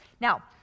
Now